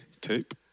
Tape